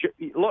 look